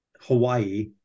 Hawaii